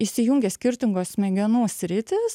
įsijungia skirtingos smegenų sritys